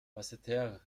basseterre